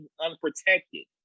unprotected